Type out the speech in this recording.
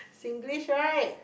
Singlish right